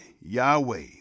yahweh